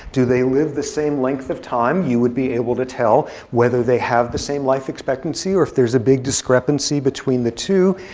do they live the same length of time? you would be able to tell whether they have the same life expectancy or if there's a big discrepancy between the two.